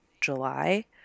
July